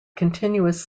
continuous